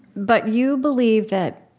but you believe that